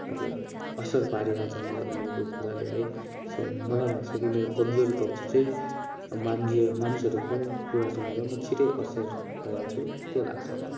मतलब असर पारिहाल्छ मलाई उनीहरूको कुराले है सो मलाई लाग्छ कि मेरो कमजोरी पक्ष चाहिँ मान्छे मानिसहरूको कुरा सुनेर म छिटै असर भइहाल्छु त्यो लाग्छ मलाई